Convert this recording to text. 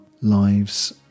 lives